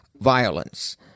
violence